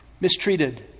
mistreated